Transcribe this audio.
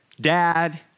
dad